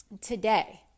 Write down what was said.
today